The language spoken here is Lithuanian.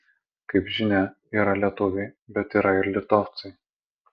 kaip žinia yra lietuviai bet yra ir litovcai